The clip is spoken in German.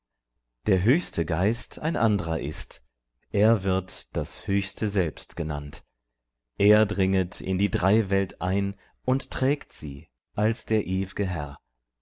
der höchste geist ein andrer ist er wird das höchste selbst genannt er dringet in die dreiwelt ein und trägt sie als der ew'ge herr